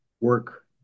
work